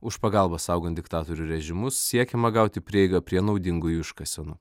už pagalbą saugant diktatorių režimus siekiama gauti prieigą prie naudingųjų iškasenų